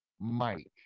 Mike